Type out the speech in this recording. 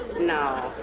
No